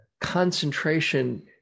concentration